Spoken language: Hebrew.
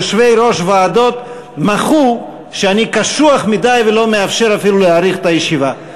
יושבי-ראש ועדות מחו שאני קשוח מדי ולא מאפשר אפילו להאריך את הישיבה.